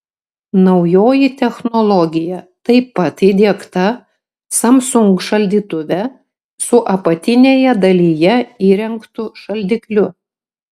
naujoji technologija taip pat įdiegta samsung šaldytuve su apatinėje dalyje įrengtu šaldikliu